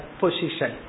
position